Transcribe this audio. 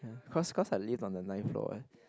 cause cause I live on the ninth floor what